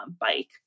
bike